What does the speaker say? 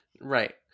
Right